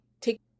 take